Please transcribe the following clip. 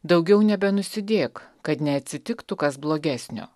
daugiau nebenusidėk kad neatsitiktų kas blogesnio